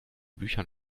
büchern